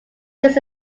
this